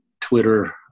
Twitter